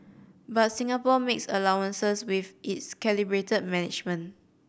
but Singapore makes allowances with its calibrated management